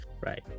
right